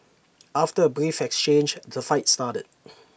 after A brief exchange the fight started